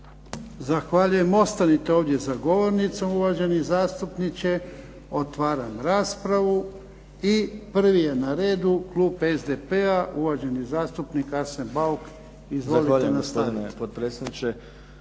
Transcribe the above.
Zahvaljujem. Ostanite ovdje za govornicom, uvaženi zastupniče. Otvaram raspravu. I prvi je na redu klub SDP-a, uvaženi zastupnik Arsen Bauk. Izvolite nastavit.